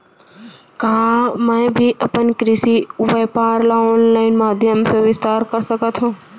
का मैं भी अपन कृषि व्यापार ल ऑनलाइन माधयम से विस्तार कर सकत हो?